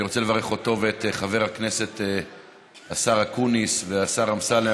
אני רוצה לברך אותו ואת חבר הכנסת השר אקוניס והשר אמסלם.